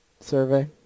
survey